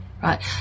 right